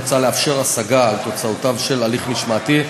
מוצע לאפשר השגה על תוצאותיו של הליך משמעתי,